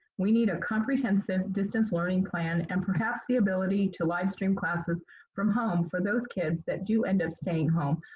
we need a comprehensive distance learning plan and perhaps the ability to live stream classes from home for those kids that do end up staying home,